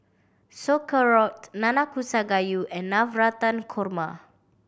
Sauerkraut Nanakusa Gayu and Navratan Korma